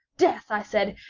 death, i said,